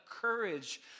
courage